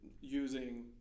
using